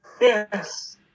Yes